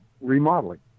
remodeling